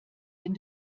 wenn